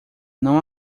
não